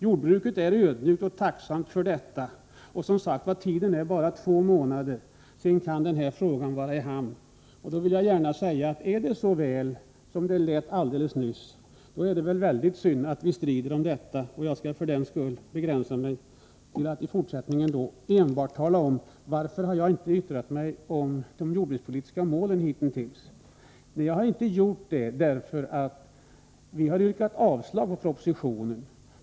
Jordbruket är ödmjukt och tacksamt för detta, och tiden är som sagt bara två månader. Sedan kan den här frågan vara i hamn, och jag vill gärna säga att är det så väl som det lät alldeles nyss, är det väldigt synd att vi strider om detta. Jag skall för den skull begränsa mig till att i fortsättningen endast tala om varför jag hitintills inte har yttrat mig om de jordbrukspolitiska målen. Jag har inte gjort det därför att vi har yrkat avslag på propositionen.